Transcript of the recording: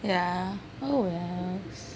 yeah oh wells